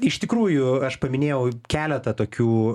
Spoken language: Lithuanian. iš tikrųjų aš paminėjau keletą tokių